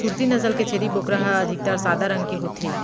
सूरती नसल के छेरी बोकरा ह अधिकतर सादा रंग के होथे